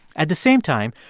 at the same time,